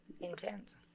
intense